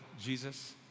Jesus